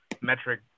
metric –